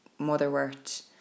motherwort